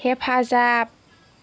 हेफाजाब